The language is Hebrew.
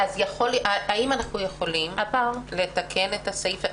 האם אנחנו יכולים לתקן את הסעיף?